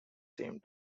same